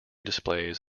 displays